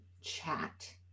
chat